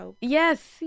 yes